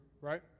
right